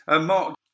Mark